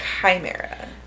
chimera